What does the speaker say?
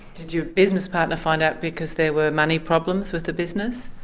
did your business partner find out because there were money problems with the business?